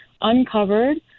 uncovered